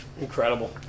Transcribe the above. Incredible